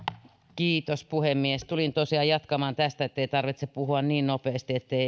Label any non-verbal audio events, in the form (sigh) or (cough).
kiitos puhemies tulin tosiaan jatkamaan tästä ettei tarvitse puhua niin nopeasti ettei (unintelligible)